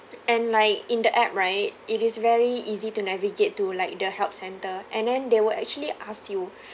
and like in the app right it is very easy to navigate to like the help center and then they will actually ask you